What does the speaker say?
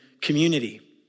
community